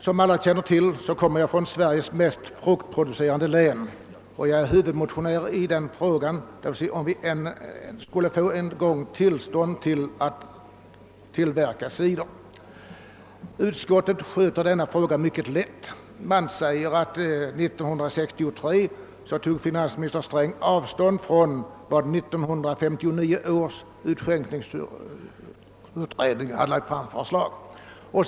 Som alla känner till, kommer jag från Sveriges mest fruktproducerande län, och jag är huvudmotionär i frågan om tillstånd att tillverka cider. Utskottet skjuter denna fråga mycket lätt ifrån sig. Det framhålles i betänkandet att finansminister Sträng år 1963 tog avstånd från vad 1959 års utskänkningsutredning hade föreslagit.